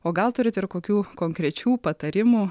o gal turit ir kokių konkrečių patarimų